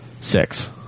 six